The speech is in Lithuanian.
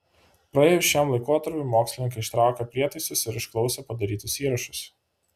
praėjus šiam laikotarpiui mokslininkai ištraukė prietaisus ir išklausė padarytus įrašus